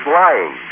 lying